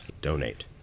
Donate